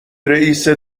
رئیست